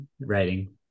writing